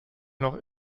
noch